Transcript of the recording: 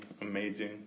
amazing